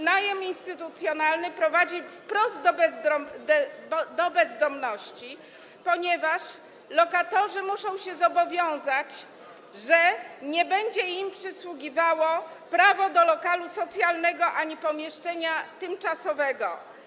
Najem instytucjonalny prowadzi wprost do bezdomności, ponieważ lokatorzy muszą się zobowiązać, że nie będzie im przysługiwało prawo do lokalu socjalnego ani pomieszczenia tymczasowego.